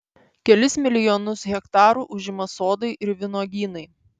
kelis milijonus hektarų užima sodai ir vynuogynai